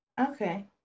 Okay